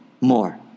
more